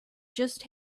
just